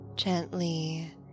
Gently